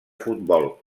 futbol